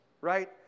right